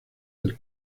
del